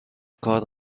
کار